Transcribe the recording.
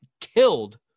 killed